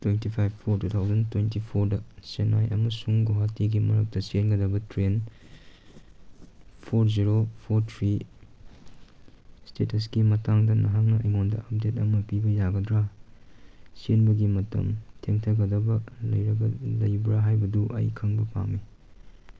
twenty five four two thousand twenty ꯐꯣꯔꯗ ꯆꯦꯟꯅꯥꯏ ꯑꯃꯁꯨꯡ ꯒꯨꯍꯥꯇꯤꯒꯤ ꯃꯔꯛꯇ ꯆꯦꯟꯒꯗꯕ train four zero four three ꯏꯁꯇꯦꯇꯁꯀꯤ ꯃꯇꯥꯡꯗ ꯅꯍꯥꯛꯅ ꯑꯩꯉꯣꯟꯗ ꯑꯞꯗꯦꯗ ꯑꯃ ꯄꯤꯕ ꯌꯥꯒꯗ꯭ꯔꯥ ꯆꯦꯟꯕꯒꯤ ꯃꯇꯝ ꯊꯦꯡꯊꯒꯗꯕ ꯂꯩꯕ꯭ꯔꯥ ꯍꯥꯏꯕꯗꯨ ꯑꯩ ꯈꯪꯕ ꯄꯥꯝꯃꯤ